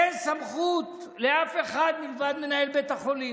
אין סמכות לאף אחד מלבד מנהל בית החולים,